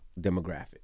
demographic